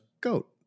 goat